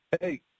Hey